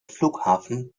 flughafen